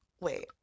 Wait